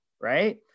right